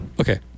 Okay